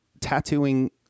tattooing